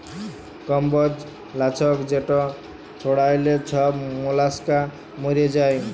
কম্বজ লাছক যেট ছড়াইলে ছব মলাস্কা মইরে যায়